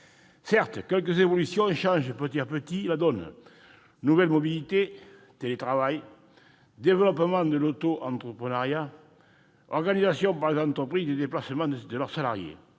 Certes, quelques évolutions changent petit à petit la donne : nouvelles mobilités, télétravail, développement de l'autoentrepreneuriat, organisation par les entreprises des déplacements de leurs salariés.